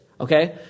okay